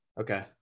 Okay